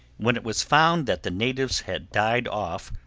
when it was found that the natives had died off,